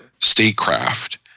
statecraft